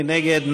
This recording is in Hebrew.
מי נגד?